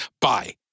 Bye